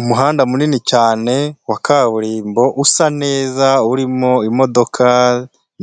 Umuhanda munini cyane wa kaburimbo usa neza urimo imodoka